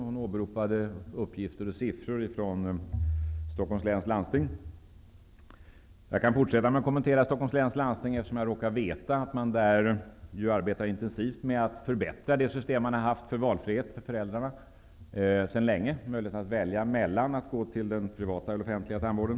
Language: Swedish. Hon åberopade uppgifter och siffror från Stockholms läns landsting. Jag kan fortsätta med att kommentera förhållandena inom Stockholms läns landsting, eftersom jag råkar veta att man där arbetar intensivt med att förbättra det tidigare systemet med valfrihet för föräldrarna. Föräldrarna har sedan länge haft möjlighet att välja mellan att anlita den privata eller den offentliga tandvården.